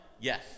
Yes